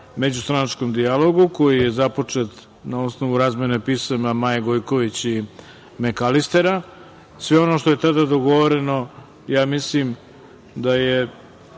međustranačkom dijalogu koji je započet na osnovu razmene pisama Maje Gojković i Mekalistera. Sve ono što je tada dogovoreno mislim da je,